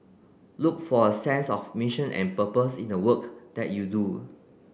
look for a sense of mission and purpose in the work that you do